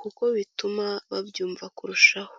kuko bituma babyumva kurushaho.